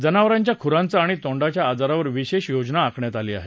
जनावरांच्या खुरांचा आणि तोंडाच्या आजारावर विशेष योजना आखण्यात आली आहे